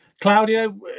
Claudio